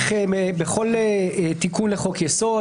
בכל תיקון לחוק-יסוד,